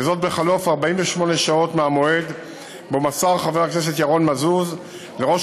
בחלוף 48 שעות מהמועד שבו מסר חבר הכנסת ירון מזוז לראש